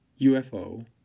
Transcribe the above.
UFO